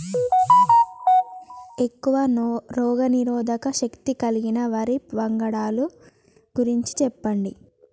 ఎక్కువ రోగనిరోధక శక్తి కలిగిన వరి వంగడాల గురించి చెప్పండి?